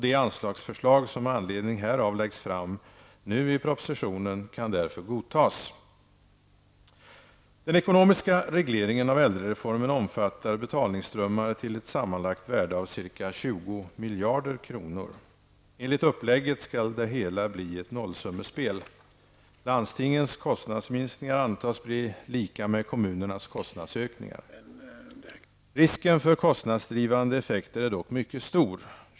De anslagsförslag som med anledning härav läggs fram i propositionen kan därför godtas. Den ekonomiska regleringen av äldrereformen omfattar betalningsströmmar till ett sammanlagt värde av ca 20 miljarder kronor. Enligt upplägget skall det hela bli ett nollsummespel. Landstingens kostnadsminskningar antas bli lika med kommunernas kostnadsökningar. Risken för kostnadsdrivande effekter är dock mycket stor.